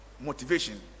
motivation